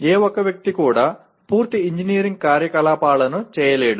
ఏ ఒక్క వ్యక్తి కూడా పూర్తి ఇంజనీరింగ్ కార్యకలాపాలను చేయలేడు